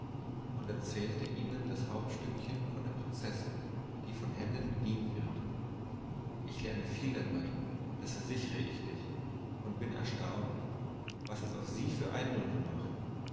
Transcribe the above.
und erzählte ihnen das hauptstückchen von der prinzessin die von händen bedient wird ich lerne viel dabei das versichre ich dich und ich bin erstaunt was es auf sie für eindrücke macht